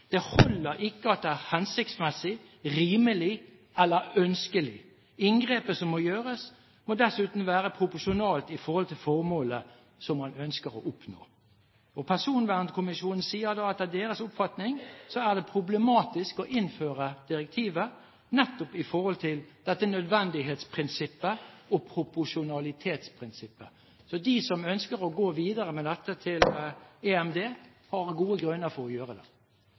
Det holder ikke at det er hensiktsmessig, rimelig eller ønskelig. Inngrepet som gjøres må dessuten være proporsjonalt til formålet som ønskes oppnådd.» Og Personvernkommisjonen sier at det etter deres oppfatning er problematisk å innføre direktivet, nettopp i forhold til dette «nødvendighetsprinsippet og proporsjonalitetsprinsippet». Så de som ønsker å gå videre med dette til EMD, har gode grunner for å gjøre det.